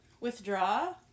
withdraw